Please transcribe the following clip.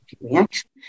reaction